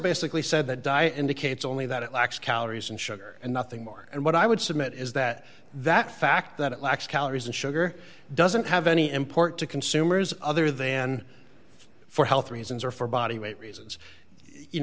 basically said that di indicates only that it lacks calories and sugar and nothing more and what i would submit is that that fact that it lacks calories and sugar doesn't have any import to consumers other then for health reasons or for body weight reasons you